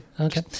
Okay